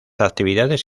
actividades